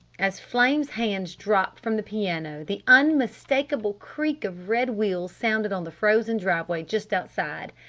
as flame's hands dropped from the piano the unmistakable creak of red wheels sounded on the frozen driveway just outside.